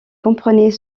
comprenait